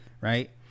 right